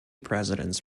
presidents